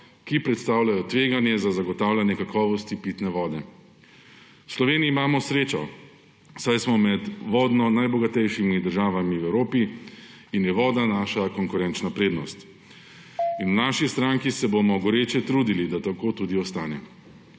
ki predstavljajo tveganje za zagotavljanje kakovosti pitne vode. V Sloveniji imamo srečo, saj smo med vodno najbogatejšimi državami v Evropi in je voda naša konkurenčna prednost. V naši stranki se bomo goreče trudili, da tako tudi ostane.